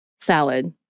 salad